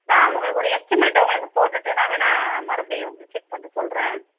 நான் உங்களுக்கு ஒரு எஸ்டிமேட் உங்களுக்கு போட்டுவிட்டு நான் வேணால் மறுபடியும் செக் பண்ணிவிட்டு சொல்கிறேன்